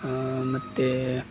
ಮತ್ತು